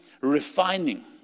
refining